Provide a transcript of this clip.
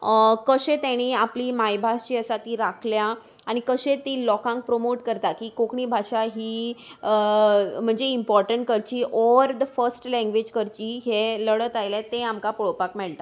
कशें तांणी आपली मायभास जी आसा ती राखल्या आनी कशें ती लोकांक प्रमोट करता की कोंकणी भाशा ही म्हणजे इम्पोर्टंट करची ऑर द फस्ट लँंग्वेज करची हें लढत आयले तें आमकां पळोवपाक मेळटा